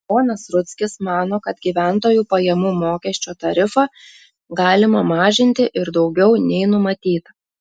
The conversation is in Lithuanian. ponas rudzkis mano kad gyventojų pajamų mokesčio tarifą galima mažinti ir daugiau nei numatyta